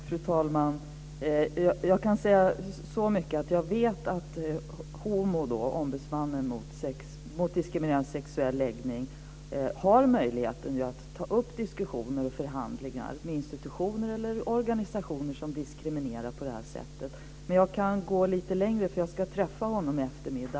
Fru talman! Jag kan säga så mycket att jag vet att HomO, ombudsmannen mot diskriminering på grund av sexuell läggning, har möjlighet att ta upp diskussioner och förhandlingar med institutioner eller organisationer som diskriminerar på det här sättet. Men jag kan gå lite längre, eftersom jag ska träffa honom i eftermiddag.